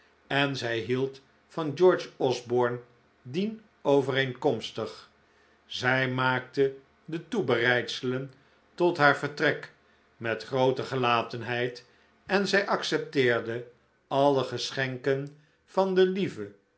en zij hield van george osborne dienovereenkomstig zij maakte de toebereidselen tot haar vertrek met groote gelatenheid en zij accepteerde alle geschenken van de lieve